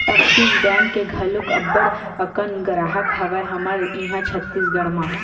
Axis bank के घलोक अब्बड़ अकन गराहक हवय हमर इहाँ छत्तीसगढ़ म